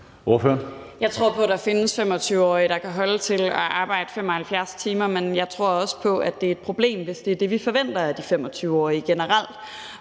Jeg tror på, at der findes 25-årige, der kan holde til at arbejde 75 timer, men jeg tror også på, at det er et problem, hvis det er det, vi forventer af de 25-årige generelt.